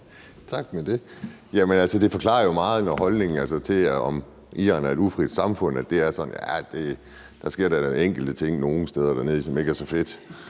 Tak for det. Jamen altså, det forklarer jo meget om holdningen til, om Iran er et ufrit samfund, at man siger, at der da nogle steder dernede sker nogle enkelte ting, som ikke er så fedt.